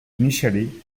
initially